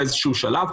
באיזשהו שלב,